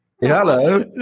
Hello